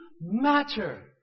matter